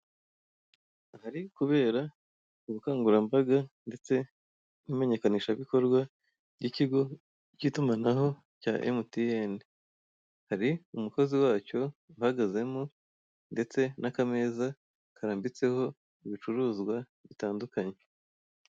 Ahari kubera ubukangurambaga ndetse n'imenyekanisha bikorwa by'ikigo cy'itumanaho cya MTN hari umukozi wacyo uhagazemo ndetse n'akameza karambitseho ibicuruzwa bitandukanye.